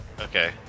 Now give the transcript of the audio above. Okay